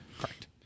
Correct